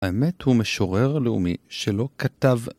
האמת הוא משורר לאומי שלא כתב.